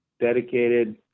dedicated